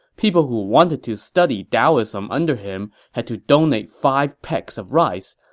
people who wanted to study daoism under him had to donate five pecks of rice.